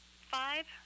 five